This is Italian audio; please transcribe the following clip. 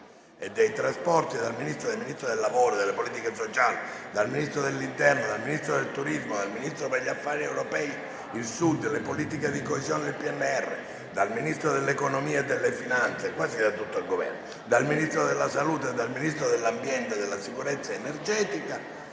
e dei trasporti, dal Ministro del lavoro e delle politiche sociali, dal Ministro dell'interno, dal Ministro del turismo, dal Ministro per gli affari europei, il Sud, le politiche di coesione e il PNRR*, *dal Ministro dell'economia e delle finanze, dal Ministro della salute e dal Ministro dell'ambiente e della sicurezza energetica*